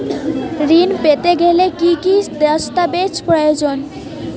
ঋণ পেতে গেলে কি কি দস্তাবেজ প্রয়োজন?